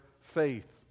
faith